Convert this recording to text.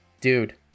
Dude